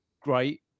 great